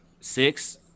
Six